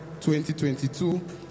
2022